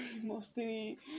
Mostly